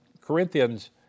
Corinthians